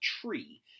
tree